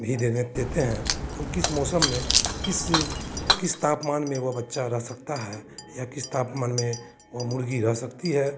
भी देने देते हैं और किस मौसम में किस किस तापमान में वो बच्चा रह सकता है या किस तापमान में वो मुर्गी रह सकती है